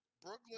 Brooklyn